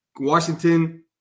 Washington